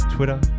Twitter